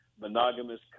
monogamous